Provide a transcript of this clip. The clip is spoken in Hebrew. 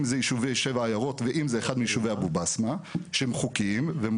אם זה יישובי שבע עיירות ואם זה אחד מיישובי אבו בסמה שהם חוקיים והם